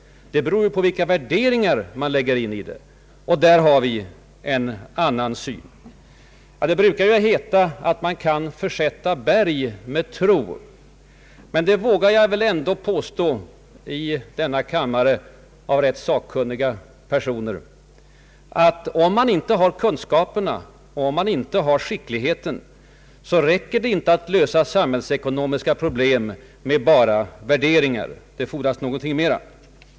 ”Resultatet beror på vilka värderingar man lägger tyngdpunkten på, och där har vi en annan syn än oppositionen.” Det brukar ju heta att man kan ”försätta berg med tro”, men jag vågar ändå i denna kammare, som består av rätt sakkunniga personer, påstå att om man inte har kunskaperna och inte har skickligheten, då räcker inte bara värderingarna till för att lösa samhällsekonomiska problem. Det fordras mera.